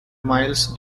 miles